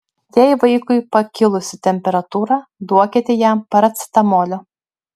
jei vaikui pakilusi temperatūra duokite jam paracetamolio